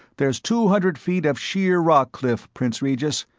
there's two hundred feet of sheer rock cliff, prince regis,